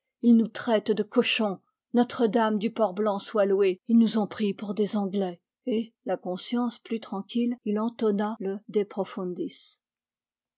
ils nous traitent de cochons notre-dame du port blanc soit louée ils nous ont pris pour des anglais au nom de dieu au nom de dieu et la conscience plus tranquille il entonna le de